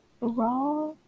raw